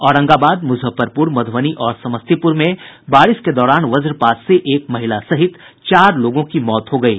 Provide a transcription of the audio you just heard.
औरंगाबाद मुजफ्फरपुर मधुबनी और समस्तीपुर में बारिश के दौरान वजपात से एक महिला सहित चार लोगों की मौत हो गयी